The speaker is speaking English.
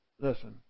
Listen